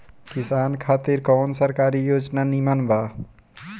किसान खातिर कवन सरकारी योजना नीमन बा?